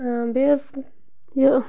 بیٚیہِ حظ یہِ